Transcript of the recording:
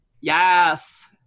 Yes